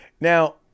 Now